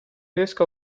riesco